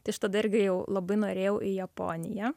tai aš tada irgi jau labai norėjau į japoniją